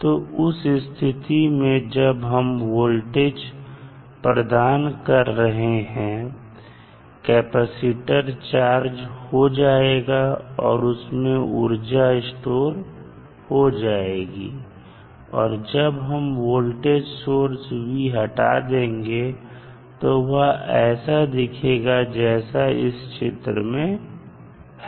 तो उस स्थिति में जब हम वोल्टेज प्रदान कर रहे हैं कैपेसिटर चार्ज हो जाएगा और उसमें ऊर्जा स्टोर हो जाएगी और जब हम वोल्टेज सोर्स हटा देंगे तो वह ऐसा दिखेगा जैसा इस चित्र में है